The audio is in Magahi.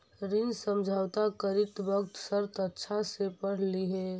ऋण समझौता करित वक्त शर्त अच्छा से पढ़ लिहें